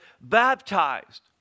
baptized